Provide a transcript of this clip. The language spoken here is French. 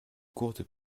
courte